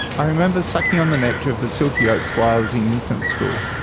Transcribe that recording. i remember sucking on the nectar of the silky oaks while i was in infant's school.